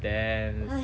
damn